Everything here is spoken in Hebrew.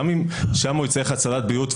גם אם שם הוא יצטרך הצהרת בריאות,